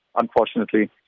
unfortunately